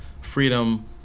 freedom